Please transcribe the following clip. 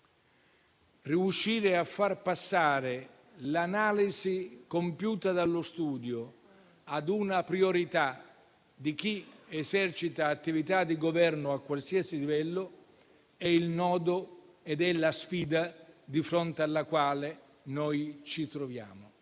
Riuscire a far passare l'analisi compiuta dallo studio ad una priorità di chi esercita attività di governo a qualsiasi livello è il nodo e la sfida di fronte alla quale noi ci troviamo.